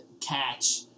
catch